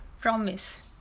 promise